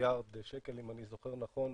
מיליארד שקל, אם אני זוכר נכון,